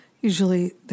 usually